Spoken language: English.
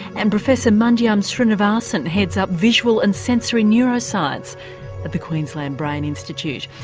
and professor mandyam srinivasan heads up visual and sensory neuroscience at the queensland brain institute.